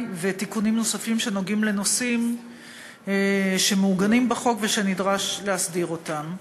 ותיקונים נוספים שנוגעים בנושאים שמעוגנים בחוק ונדרש להסדיר אותם.